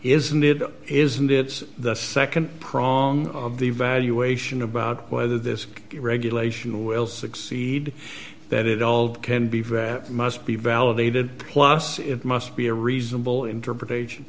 isn't it isn't that the nd prong of the evaluation about whether this regulation will succeed that it all can be very must be validated plus it must be a reasonable interpretation